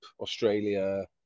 Australia